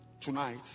Tonight